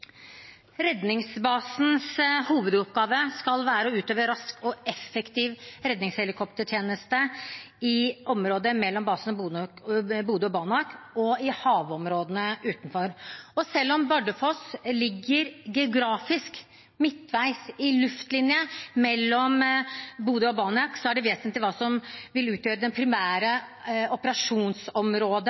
Redningsbasens hovedoppgave skal være å utøve rask og effektiv redningshelikoptertjeneste i området mellom basene i Bodø og Banak og i havområdene utenfor. Selv om Bardufoss geografisk ligger midtveis mellom Bodø og Banak i luftlinje, er det vesentlige hva som vil utgjøre det primære operasjonsområdet